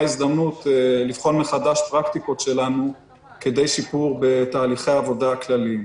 הזדמנות לבחון מחדש פרקטיקות שלנו כדי שיפור בתהליכי העבודה הכלליים.